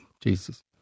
Jesus